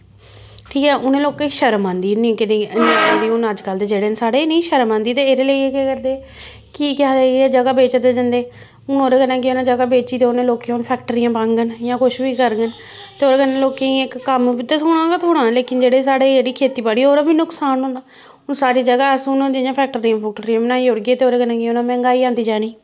ठीक ऐ उ'नें लोकें गी शर्म आंदी हून अज्जकल दे न जेह्ड़े इ'नेंगी शर्म आंदी ते एह्दे लेई एह्दे लेई केह् करदे कि केह् आखदे जगह् बेचदे जंदे हून ओह्दे कन्नै केह् होना जगह् बेची ते ओड़न ते लोकें हून फैक्टरियां पाङन जां कुछ बी करङन ते ओह्दे कन्नै लोकें गी इक कम्म बी ते थ्होना गै थ्होना लेकिन जेह्ड़ी साढ़ी जेह्ड़ी खेतीबाड़ी ओह्दा बी नकसान होना ओह् साढ़ी जगह् अस हून जियां फैक्ट्रियां फुक्टरियां बनाई ओड़गे ते ओह्दे कन्नै केह् होना मैंह्गाई आंदी जानी